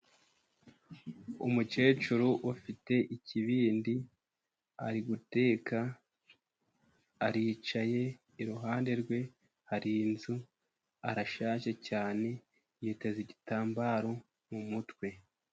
Umukecuru ufite ikibindi ari guteka aricaye. Iruhande rwe hari inzu, arashaje cyane yiteza igitambaro mu mutwe.